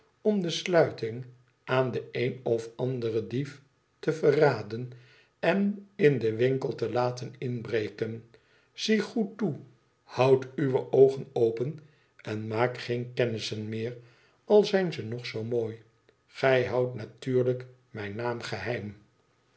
om de sluiting aan den een of anderen dief te verraden en in den winkel te laten inbreken zie goed toe houd uwe oogen open en maak geen kennissen meer al zijn ze nog zoo mooi gij houdt natuurlijk mijn naam geheim